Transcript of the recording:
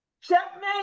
Checkmate